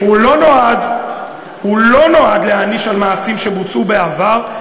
הוא לא נועד להעניש על מעשים שבוצעו בעבר,